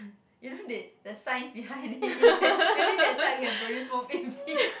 you know they the science behind it it's that maybe that type can produce more babies